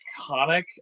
iconic